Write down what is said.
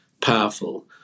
powerful